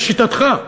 לשיטתך,